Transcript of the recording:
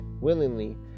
willingly